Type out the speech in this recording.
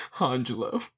Angelo